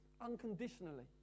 unconditionally